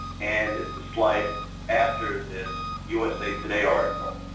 and it's the slide after this usa today article.